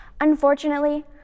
Unfortunately